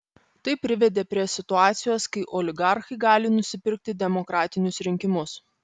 tai privedė prie situacijos kai oligarchai gali nusipirkti demokratinius rinkimus